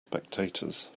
spectators